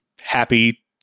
happy